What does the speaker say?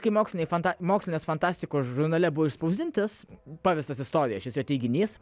kai mokslinei fanta mokslinės fantastikos žurnale buvo išspausdintas paverstas istorija šis jo teiginys